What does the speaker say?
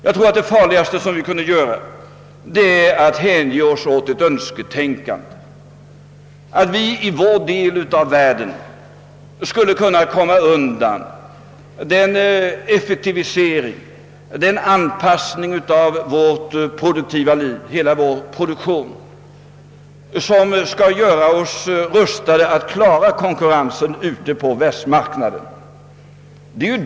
Jag tror att det farligaste vi kan göra är att hänge oss åt ett önsketänkande om att vi i vår del av världen skulle kunna komma undan den effektivisering och den anpassning av hela produktionen som är nödvändig för att klara konkurrensen på världsmarknaden.